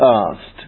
asked